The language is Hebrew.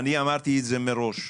אמרתי מראש,